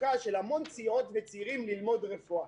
התשוקה של המון צעירות וצעירים ללמוד רפואה.